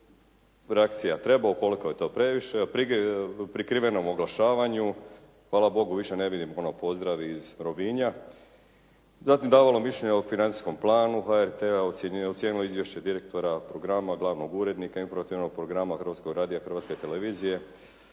reakcija treba. Ukoliko je to previše, prikrivenom oglašavanju hvala Bogu više ne vidim ono «Pozdrav iz Rovinja». Zatim davalo mišljenje o financijskom planu HRT-a, ocijenilo izvješće direktora programa, glavnog urednika informativnog programa Hrvatskog radija i Hrvatske televizije